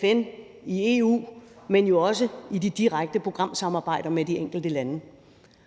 FN og EU, men jo også i de direkte programsamarbejder med de enkelte lande.